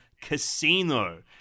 Casino